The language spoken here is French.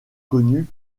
connue